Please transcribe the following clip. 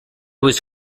was